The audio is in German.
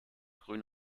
grün